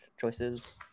choices